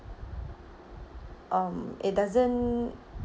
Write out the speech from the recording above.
um it doesn't